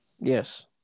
Yes